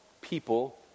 people